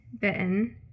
bitten